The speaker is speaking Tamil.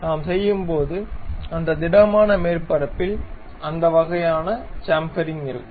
நாம் செய்யும்போது அந்த திடமான மேற்பரப்பில் அந்த வகையான சாம்ஃபெரிங் இருக்கும்